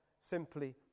simply